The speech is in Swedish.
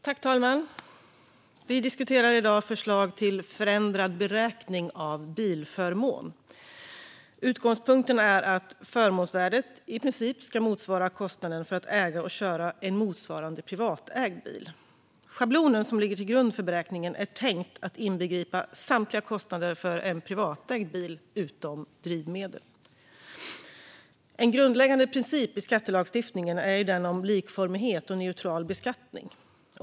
Fru talman! Vi diskuterar i dag förslag till förändrad beräkning av bilförmån. Utgångspunkten är att förmånsvärdet i princip ska motsvara kostnaden för att äga och köra en motsvarande privatägd bil. Schablonen som ligger till grund för beräkningen är tänkt att inbegripa samtliga kostnader för en privatägd bil utom drivmedel. En grundläggande princip i skattelagstiftningen är den om likformighet och neutral beskattning.